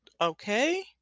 okay